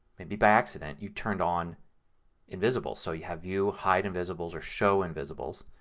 maybe by accident, you turned on invisibles. so you have view, hide invisibles or show invisibles.